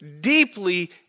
deeply